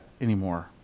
anymore